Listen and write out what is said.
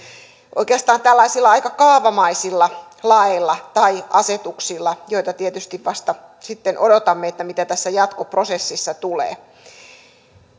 oikeastaan tällaisilla aika kaavamaisilla laeilla tai asetuksilla joita tietysti vasta sitten odotamme että mitä tässä jatkoprosessissa tulee